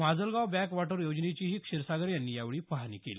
Majalgaon backwater योजनेचीही क्षीरसागर यांनी यावेळी पाहणी केली